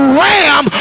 ram